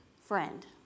friend